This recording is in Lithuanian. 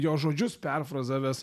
jo žodžius perfrazavęs